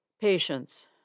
Patience